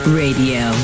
radio